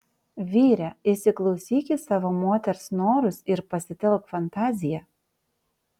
vyre įsiklausyk į savo moters norus ir pasitelk fantaziją